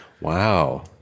Wow